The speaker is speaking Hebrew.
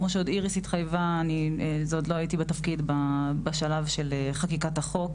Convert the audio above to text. כמו שעוד איריס התחייבה עוד לא הייתי בתפקיד בשלב חקיקת החוק